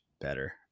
better